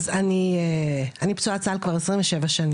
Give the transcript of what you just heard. אני פצועת צה"ל כבר 27 שנים.